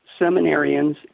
seminarians